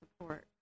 support